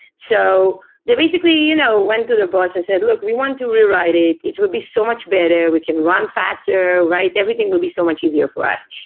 so they basically you know went to the boss and said, look. we want to rewrite it. it would be so much better. we can run faster. everything will be so much easier for us.